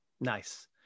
Nice